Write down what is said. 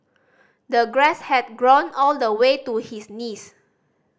the grass had grown all the way to his knees